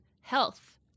Health